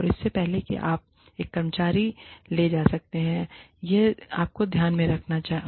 और इससे पहले कि आप एक कर्मचारी ले जा सकते हैं यह आपको ध्यान में रखना होगा